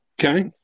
Okay